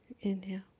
Inhale